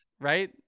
Right